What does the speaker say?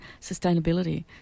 sustainability